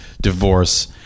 divorce